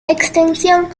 extensión